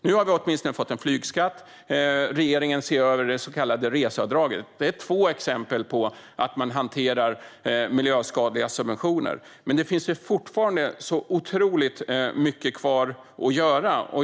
Nu har vi åtminstone fått en flygskatt, och regeringen ser över det så kallade reseavdraget. Det är två exempel på att man hanterar miljöskadliga subventioner, men det finns fortfarande otroligt mycket kvar att göra.